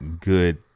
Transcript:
good